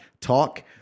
talk